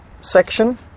section